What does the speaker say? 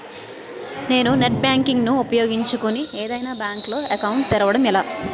నేను net banking ను ఉపయోగించుకుని ఏదైనా బ్యాంక్ లో అకౌంట్ తెరవడం ఎలా?